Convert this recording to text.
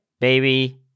baby